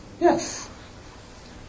Yes